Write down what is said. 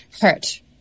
hurt